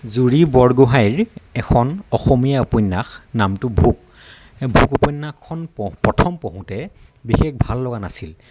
জুৰি বৰগোহাঁইৰ এখন অসমীয়া উপন্যাস নামটো ভোক ভোক উপন্যাসখন প প্ৰথম পঢ়োঁতে বিশেষ ভাল লগা নাছিল